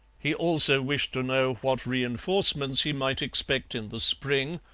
he also wished to know what reinforcements he might expect in the spring.